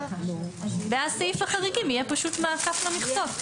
ואז סעיף החריגים יהיה פשוט מעקף למכסות.